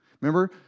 Remember